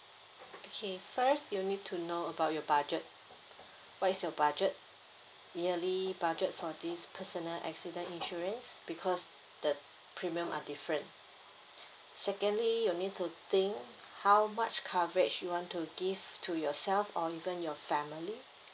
okay first you need to know about your budget what is your budget yearly budget for this personal accident insurance because the premium are different secondly you need to think how much coverage you want to give to yourself or even your family